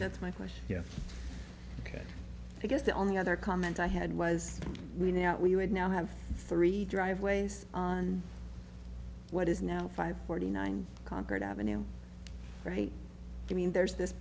that's my question yes ok i guess the only other comment i had was we not we would now have three driveways on what is now five forty nine concord avenue right i mean there's this